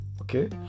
okay